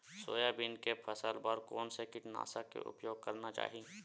Soybean के फसल बर कोन से कीटनाशक के उपयोग करना चाहि?